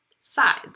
sides